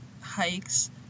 hikes